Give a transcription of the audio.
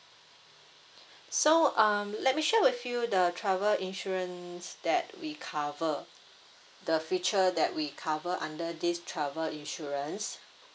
so um let me share with you the travel insurance that we cover the feature that we cover under this travel insurance